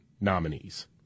nominees